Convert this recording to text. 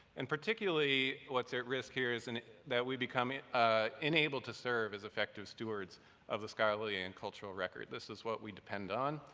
and particularly what's at risk here is and that we become inable to serve as effective stewards of the scholarly and cultural record. this is what we depend on,